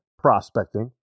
prospecting